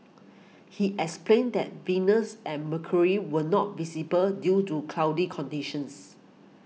he explained that Venus and Mercury were not visible due to cloudy conditions